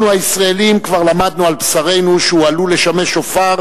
אנחנו הישראלים כבר למדנו על בשרנו שהוא עלול לשמש שופר